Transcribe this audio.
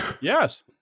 yes